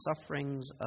sufferings